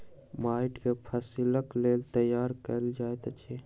माइट के फसीलक लेल तैयार कएल जाइत अछि